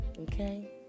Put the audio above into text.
Okay